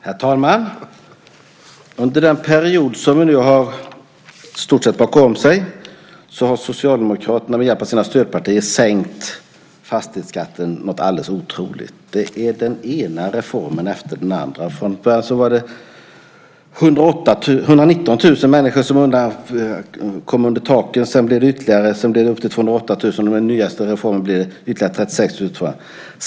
Herr talman! Under den period som vi nu i stort sett har bakom oss har Socialdemokraterna med hjälp av sina stödpartier sänkt fastighetsskatten något alldeles otroligt. Det har kommit den ena reformen efter den andra. Från början var det 119 000 människor som hamnade under taket, sedan blev det 208 000, och med den senaste reformen blir det ytterligare 36 000, tror jag.